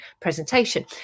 presentation